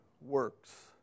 works